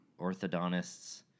orthodontists